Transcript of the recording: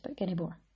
anymore